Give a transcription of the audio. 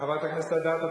חברת הכנסת אדטו,